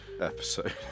episode